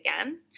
again